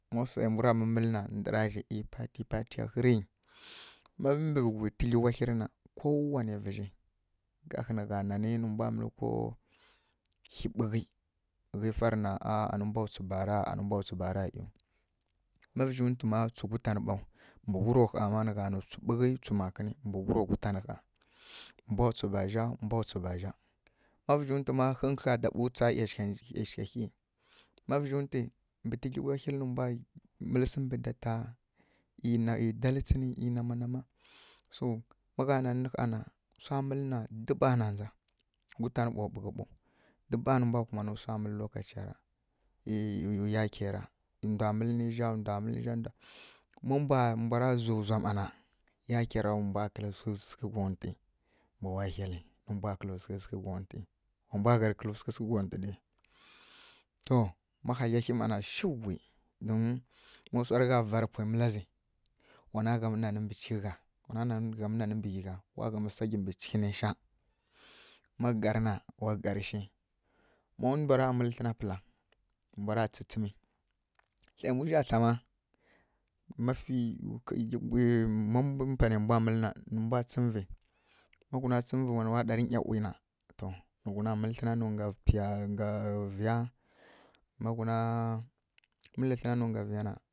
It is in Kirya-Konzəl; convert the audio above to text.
Má swai mbura mǝmǝlǝ na ndǝra zhi patiya ƙhǝi rǝ tǝdlyi wahilǝ na kowanai vǝzhi ngahǝi nǝ nanǝ nǝ mbwa mǝlǝ ko hi ɓughǝ wu mbwi farǝ na a anǝ mbwa tswi bara anǝ mbwa tswi bara ƙhǝi má vǝzhi ntu ma tswi gutan ɓaw mbǝ wuro ƙha ma nǝ gha nǝ tswi ɓughǝ tswi makǝnǝ mbǝ wuro gutan ƙha, mbwa tswi bazha mbwa tswi bazha má vǝzhi ntu mma nhǝnkǝdlya ɗaɓǝ tswa mǝlǝ sǝmbǝ data ˈyi na ˈyi dalǝ tsǝnǝ ˈyi nama nama. To magha nanǝ ƙha na swa mǝlǝ gutan ɓaw ɓughǝ ɓaw, dǝba nǝ mbwa kumanǝ swa mǝlǝ lokaci ra ˈyi ˈyi yakera ˈyi ndwa mǝlǝ ninja ˈyi ndwa mǝlǝ ninja má mbwa mbwara ndzwu ndzwa mma na, yake ra nǝ mbwa kǝ́lǝ́ swi sǝghǝ nkontwi mbǝ wahilǝ, wa mbwa gharǝ kǝ́lǝ́ swi sǝghǝ nkontǝ mma. To ma hadlya mana shiwu domin má swarǝ gha vara mǝla zǝ wana gham nanǝ mbǝ cighǝ gha, wana gham nanǝ mbǝ ghyi gha wa gham saggyi mbǝ cighǝ naisha. Má garǝ na wa garǝ shi má ndwara mǝlǝ thlǝna pǝla ma panai mbwa mǝlǝ na nǝ mbwa tsǝmǝvǝ ma ghuna tsǝmǝrǝvǝ wa nuwa ɗarǝ nyawi na, to nǝ ghuna mǝlǝ thlǝna nǝw gha vǝya, ma ghuna mǝlǝ thlǝna nǝw gha vǝya na.